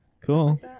Cool